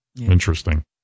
Interesting